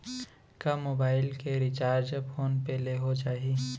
का मोबाइल के recharge phone पे ले हो जाही?